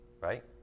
right